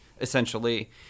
essentially